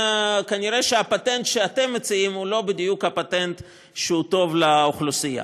נראה שהפטנט שאתם מציעים הוא לא בדיוק הפטנט שטוב לאוכלוסייה.